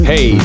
Hey